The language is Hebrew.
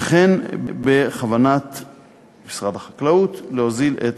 וכן בכוונת משרד החקלאות להוזיל את